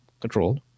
controlled